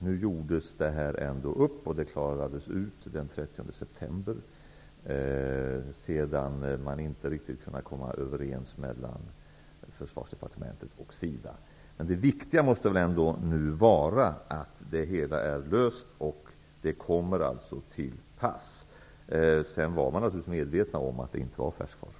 Nu klarades det hela ändå upp den 30 september, sedan man inte riktigt kunnat komma överens mellan Försvarsdepartementet och SIDA. Men det viktiga måste ändå vara att det hela är löst. Man var naturligtvis medveten om att det inte var färskvaror.